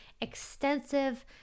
extensive